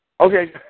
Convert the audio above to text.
Okay